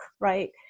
right